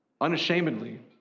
Unashamedly